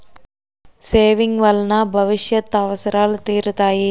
saving వలన భవిష్యత్ అవసరాలు తీరుతాయి